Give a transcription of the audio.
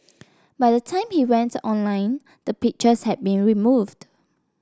by the time he went online the pictures had been removed